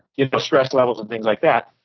given stress levels and things like that.